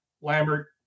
Lambert